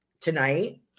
tonight